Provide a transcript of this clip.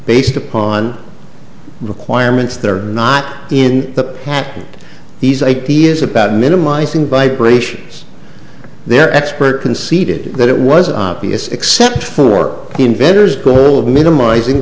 based upon requirements that are not in the patent these ideas about minimising vibrations their expert conceded that it was obvious except for inventors goole of minimizing